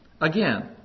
Again